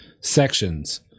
sections